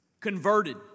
converted